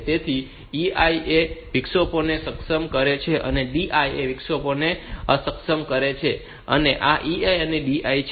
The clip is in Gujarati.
તેથી EI વિક્ષેપોને સક્ષમ કરશે અને DI વિક્ષેપોને અક્ષમ કરશે અને આ EI અને DI છે